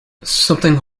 something